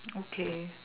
okay